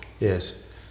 Yes